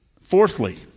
fourthly